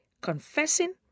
confessing